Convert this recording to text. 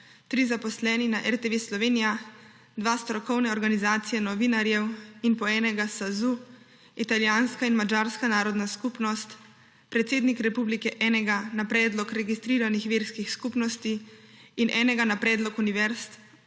3 zaposleni na RTV Slovenija, 2 strokovne organizacije novinarjev in po enega Sazu, italijanska in madžarska narodna skupnost, predsednik republike, enega na predlog registriranih verskih skupnosti in enega na predlog univerz,